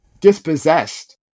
dispossessed